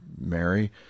Mary